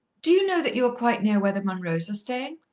do you know that you are quite near where the munroes are staying?